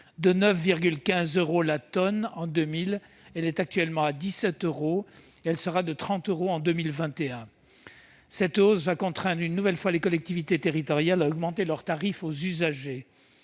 De 9,15 euros la tonne en 2000, elle est actuellement de 17 euros la tonne, et elle s'élèvera à 30 euros en 2021. Cette hausse contraindra une nouvelle fois les collectivités territoriales à augmenter leurs tarifs aux usagers,